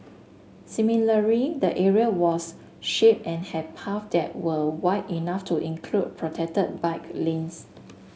similarly the area was shaded and had path that were wide enough to include protected bike lanes